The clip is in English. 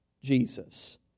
Jesus